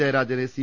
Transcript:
ജയരാജനെ C